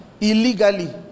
illegally